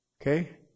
okay